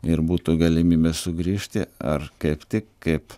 ir būtų galimybė sugrįžti ar kaip tik kaip